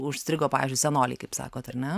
užstrigo pavyzdžiui senolei kaip sakot ar ne